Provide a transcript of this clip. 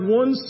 one